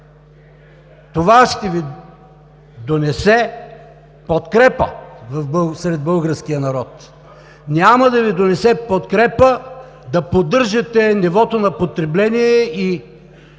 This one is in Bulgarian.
това ще Ви донесе подкрепа сред българския народ. Няма да Ви донесе подкрепа да поддържате нивото на потребление и